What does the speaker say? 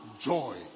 joy